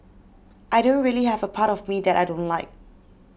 I don't really have a part of me that I don't like